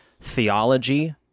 theology